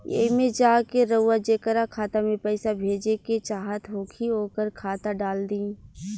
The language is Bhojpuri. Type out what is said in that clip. एईमे जा के रउआ जेकरा खाता मे पईसा भेजेके चाहत होखी ओकर खाता डाल दीं